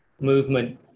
movement